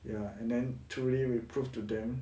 ya and then truly we prove to them